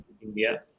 India